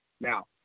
Now